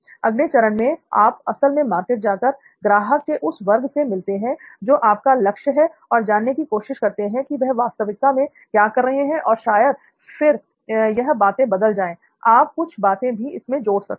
अगले चरण में आप असल में मार्केट जाकर ग्राहक के उस वर्ग से मिलते हैं जो आपका लक्ष्य है और जानने की कोशिश करते हैं कि वह वास्तविकता में क्या कर रहे हैं और शायद फिर यह बातें बदल जाए आप कुछ बातें भी इसमें जोड़ सकते हैं